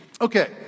Okay